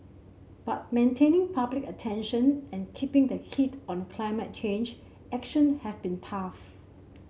but maintaining public attention and keeping the heat on climate change action have been tough